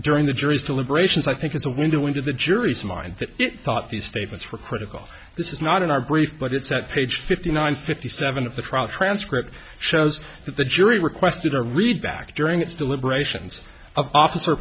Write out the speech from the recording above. during the jury's deliberations i think is a window into the jury's mind that thought these statements were critical this is not in our brief but it's at page fifty nine fifty seven of the trial transcript shows that the jury requested a read back during its deliberations of officer